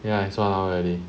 ya it's one hour already